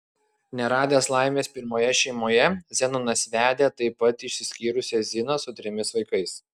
neradęs laimės pirmoje šeimoje zenonas vedė taip pat išsiskyrusią ziną su trimis vaikais